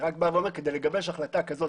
כדי לגבש החלטה כזו,